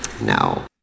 No